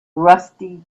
rusty